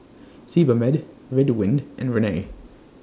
Sebamed Ridwind and Rene